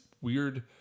weird